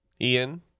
Ian